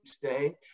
today